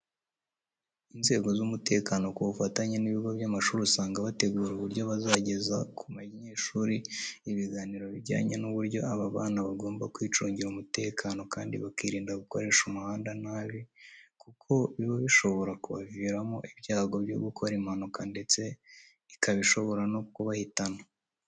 Inzego z'umutekano ku bufatanye n'ibigo by'amashuri usanga bategura uburyo bazageza ku banyeshuri ibiganiro bijyanye n'uburyo aba bana bagomba kwicungira umutekano kandi bakirinda gukoresha umuhanda nabi kuko biba bishobora kubaviramo ibyago bwo gukora impanuka ndetse ikaba ishobora no kubahitana.